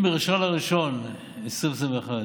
אם ב-1 בינואר 2021